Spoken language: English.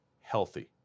healthy